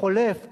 חולף,